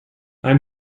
i’m